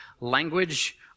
language